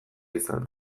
izan